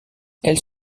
elles